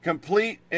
Complete